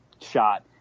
shot